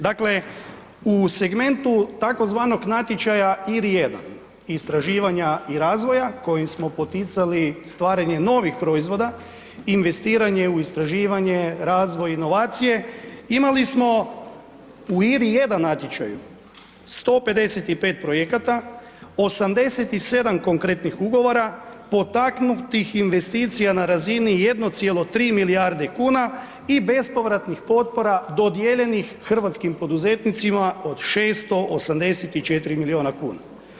Dakle, u segmentu tzv. natječaja IR1, istraživanja i razvoja kojim smo poticali stvaranje novih proizvoda, investiranje u istraživanje, razvoj, inovacije, imali smo i IR1 natječaju 155 projekata, 87 konkretnih ugovora potaknutih investicija na razini 1,3 milijarde kune i bespovratnih potpora dodijeljenih hrvatskim poduzetnicima od 684 milijuna kuna.